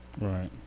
Right